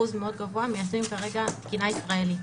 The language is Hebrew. אחוז מאוד גבוה, מיישמים כרגע תקינה ישראלית.